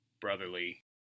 brotherly